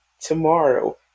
tomorrow